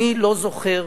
אני לא זוכר,